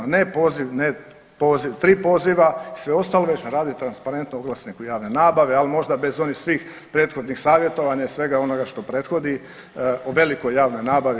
Ne poziv, ne tri poziva, sve ostalo nek' se radi transparentno oglasnik javne nabave ali možda bez onih svih prethodnih savjetovanja i svega onoga što prethodi o velikoj javnoj nabavi.